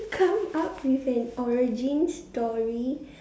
come up with an origin story